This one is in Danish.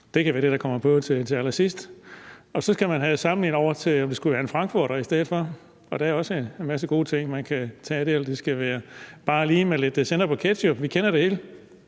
agurkesalaten, det, der kommer på til allersidst. Og så skal man have det samme ind over, hvis det skulle være en frankfurter i stedet for. Der er også en masse gode ting, man kan tage der – eller om det skal være bare lige med lidt sennep og ketchup. Vi kender det hele.